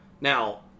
Now